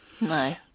No